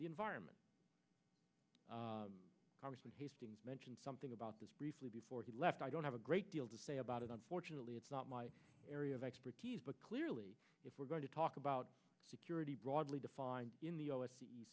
the environment congressman hastings mentioned something about this briefly before he left i don't have a great deal to say about it unfortunately it's not my area of expertise but clearly if we're going to talk about security broadly defined in the